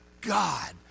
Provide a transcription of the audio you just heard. God